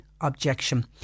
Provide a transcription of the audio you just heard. objection